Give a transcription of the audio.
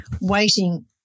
waiting